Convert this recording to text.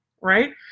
right